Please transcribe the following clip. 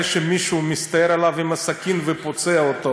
שמישהו מסתער עליו עם הסכין ופוצע אותו.